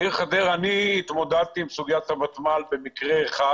אני התמודדתי עם סוגיית הוותמ"ל במקרה אחד.